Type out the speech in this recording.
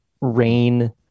rain